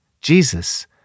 Jesus